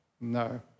no